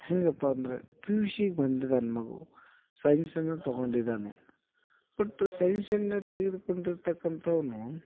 ಹೇಗಪ್ಪ ಅಂದರೆ P U ಶಿಗೆ ಬಂದಿದ್ದಾನೆ ಮಗು ಸೈನ್ಸ್ ಏನೋ ತಗೊಂಡಿದ್ದಾನೆ ಬಟ್ ಸೈನ್ಸನ್ನು ತೆಗೆದುಕೊಂಡಿರ್ತಕ್ಕಂಥವ್ನು